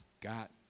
got